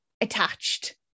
attached